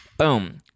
boom